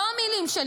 לא המילים שלי